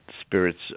spirits